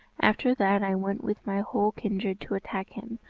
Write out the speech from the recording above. after that i went with my whole kindred to attack him,